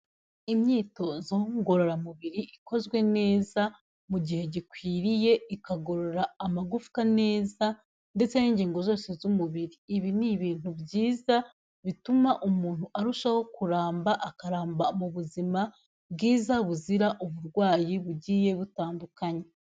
Imyitozo ngororamubiri ikozwe neza mu gihe gikwiriye ikagorora amagufwa neza, ndetse n'ingingo zose z'umubiri. Ibi ni ibintu byiza bituma umuntu arushaho kuramba akaramba mu buzima bwiza buzira uburwayi bugiye butandukanye.